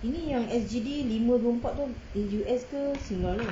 ini yang S_G_D lima puluh empat tu in U_S ke sing dollar